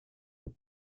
law